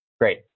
Great